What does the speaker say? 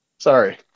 sorry